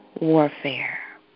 warfare